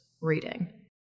reading